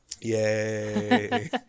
Yay